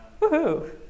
Woohoo